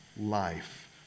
life